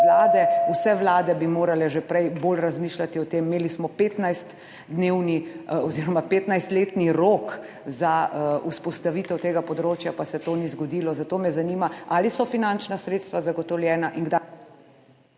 vse vlade bi morale že prej bolj razmišljati o tem. Imeli smo 15-letni rok za vzpostavitev tega področja, pa se to ni zgodilo. Zato me zanima: Ali so zagotovljena finančna